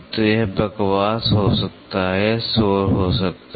तो यह बकवास हो सकता है यह शोर हो सकता है